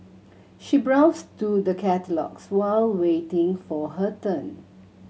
she browsed through the catalogues while waiting for her turn